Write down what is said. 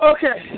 Okay